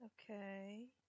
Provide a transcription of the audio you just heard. Okay